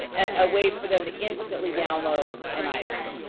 a way for them to instantly download an item,